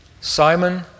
Simon